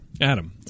Adam